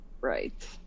Right